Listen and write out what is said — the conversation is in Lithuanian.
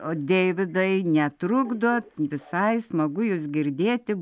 deividai netrukdot visai smagu jus girdėti